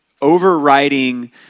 overriding